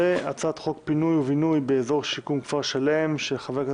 הצ"ח בינוי ופינוי של אזורי שיקום (כפר שלם),